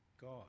God